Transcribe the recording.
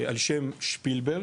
על שם שפילברג,